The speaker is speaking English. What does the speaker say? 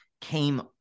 came